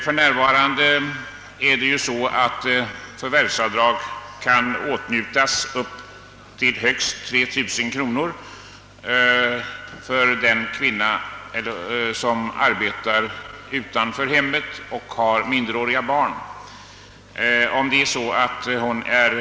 För närvarande kan kvinna som arbetar utanför hemmet och har minderåriga barn få förvärvsavdrag upp till 3000 kronor.